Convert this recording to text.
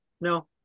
no